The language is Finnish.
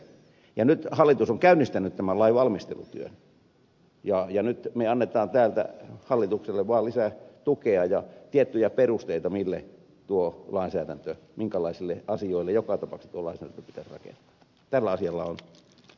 nyt hallitus on käynnistänyt tämän lain valmistelutyön ja nyt me annamme täältä vaan hallitukselle lisää tukea ja tiettyjä perusteita minkälaisille asioille joka tapauksessa tuo lainsäädäntö pitäisi rakentaa